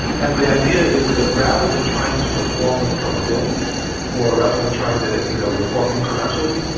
and the idea is that rather than trying to reform them from within or rather than trying to you know reform incrementally,